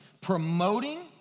promoting